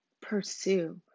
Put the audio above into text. pursue